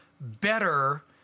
better